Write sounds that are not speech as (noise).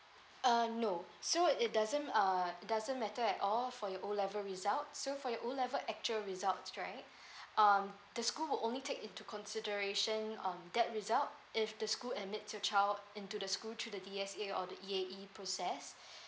uh no so it doesn't uh it doesn't matter at all for your O level results so for your O level actual results right (breath) um the school will only take into consideration um that result if the school admit your child into the school through the D_S_A or the E_A_E process (breath)